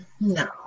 no